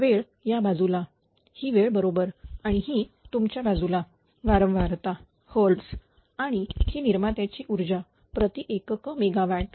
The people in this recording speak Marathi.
वेळ या बाजूला ही वेळ बरोबर आणि ही तुमच्या बाजूला वारंवारता hertz आणि ही निर्मात्यांची ऊर्जा प्रति एकक मेगावॅट